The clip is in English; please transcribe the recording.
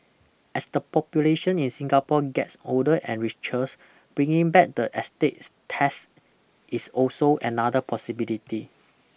as the population in Singapore gets older and richer bringing back the estate tax is also another possibility